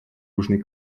южный